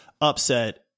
upset